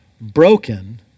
broken